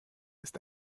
ist